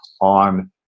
on